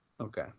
Okay